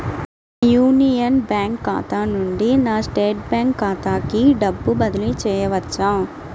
నా Union Bank ఖాతా నుండి నా స్టేట్ బ్యాంకు ఖాతాకి డబ్బు బదిలి చేయవచ్చా?